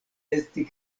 esti